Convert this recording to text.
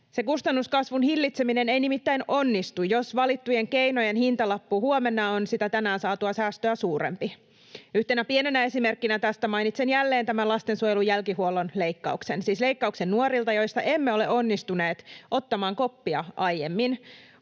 kustannuskasvun hillitseminen ei nimittäin onnistu, jos valittujen keinojen hintalappu huomenna on sitä tänään saatua säästöä suurempi. Yhtenä pienenä esimerkkinä tästä mainitsen jälleen tämän lastensuojelun jälkihuollon leikkauksen, siis leikkauksen nuorilta, joista emme ole onnistuneet ottamaan koppia aiemmin.